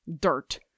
dirt